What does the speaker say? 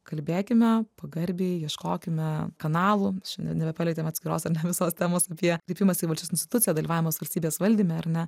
kalbėkime pagarbiai ieškokime kanalų šiandien nebepalietėm atskiros ar ne visos temos apie kreipimąsi į valdžios instituciją dalyvavimas valstybės valdyme ar ne